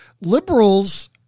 liberals